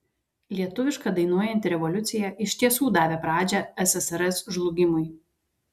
lietuviška dainuojanti revoliucija iš tiesų davė pradžią ssrs žlugimui